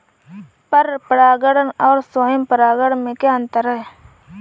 पर परागण और स्वयं परागण में क्या अंतर है?